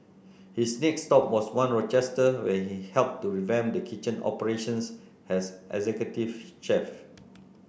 his next stop was One Rochester where he helped to revamp the kitchen operations as executive chef